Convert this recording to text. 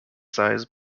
size